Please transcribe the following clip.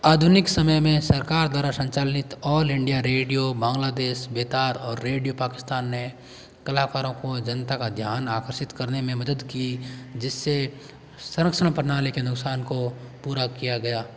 आधुनिक समय में सरकार द्वारा संचालित ऑल इंडिया रेडियो बांग्लादेश बेतार और रेडियो पाकिस्तान ने कलाकारों को जनता का ध्यान आकर्षित करने में मदद की जिससे संरक्षण प्रणाली के नुकसान को पूरा किया गया